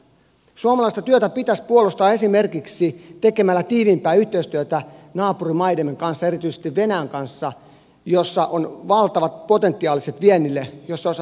suomalaista työtä pitäisi puolustaa esimerkiksi tekemällä tiiviimpää yhteistyötä naapurimaidemme kanssa erityisesti venäjän kanssa jossa on valtavat potentiaalit viennille jos se osattaisiin hyvin hoitaa